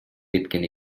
кеткен